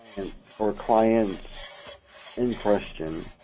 and or clients in question.